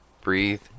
breathe